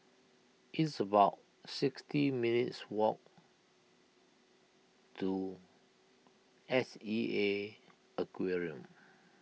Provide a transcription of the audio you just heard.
it's about sixty minutes' walk to S E A Aquarium